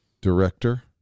director